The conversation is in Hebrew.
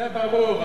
זה ברור,